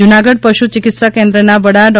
જૂનાગઢ પશુ ચિકિત્સા કેન્દ્રના વડા ડો